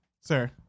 Sir